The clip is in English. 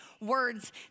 words